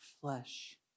flesh